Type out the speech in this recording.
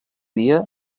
dia